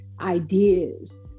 ideas